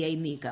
I നീക്കം